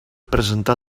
presentar